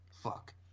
fuck